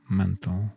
mental